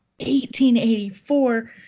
1884